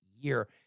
year